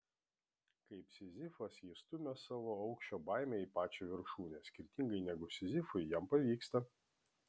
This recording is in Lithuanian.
kaip sizifas jis stumia savo aukščio baimę į pačią viršūnę skirtingai negu sizifui jam pavyksta